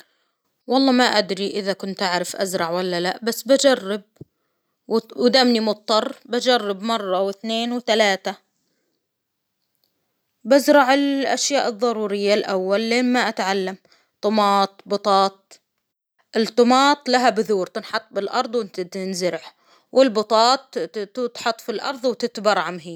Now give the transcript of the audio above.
والله ما أدري إذا كنت أعرف أزرع ولا لأ بس بجرب، و-ودمني مضطر بجرب مرة واثنين وثلاثة، بزرع الأشياء الضرورية الأول لين ما أتعلم، طماط ،بطاط.، الطماط لها بذور تنحط بالأرض وتنزرع والبطاط تتحط في الأرظ وتتبرعم هي.